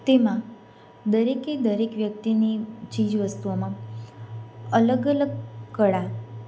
તેમાં દરેકે દરેક વ્યક્તિની ચીજ વસ્તુઓમાં અલગ અલગ કળા